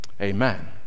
amen